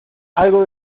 algo